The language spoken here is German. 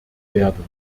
werden